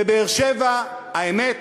בבאר-שבע, האמת,